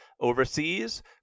Overseas